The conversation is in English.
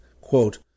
quote